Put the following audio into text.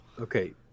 Okay